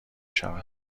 شود